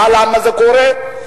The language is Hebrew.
למה זה קורה?